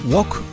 Walk